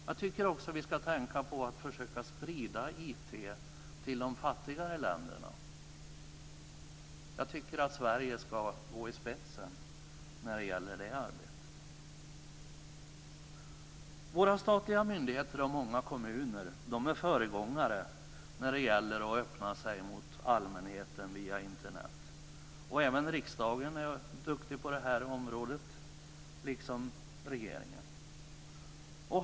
Jag tycker också att vi ska tänka på att försöka sprida IT till de fattigare länderna. Jag tycker att Sverige ska gå i spetsen för det arbetet. Våra statliga myndigheter och många kommuner är föregångare när det gäller att öppna sig mot allmänheten via Internet. Även riksdagen är duktig på det här området, liksom regeringen.